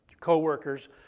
co-workers